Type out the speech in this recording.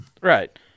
right